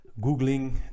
googling